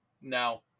Now